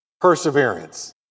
perseverance